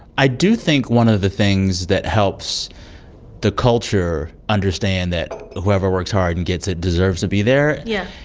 i do think one of the things that helps the culture understand that whoever works hard and gets it deserves to be there. yeah.